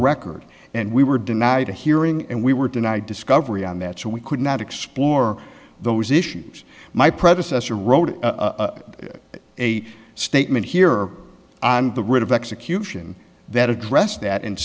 record and we were denied a hearing and we were denied discovery on that so we could not explore those issues my predecessor wrote a statement here and the writ of execution that addressed that and